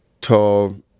tall